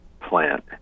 plant